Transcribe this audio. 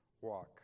walk